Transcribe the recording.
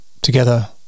together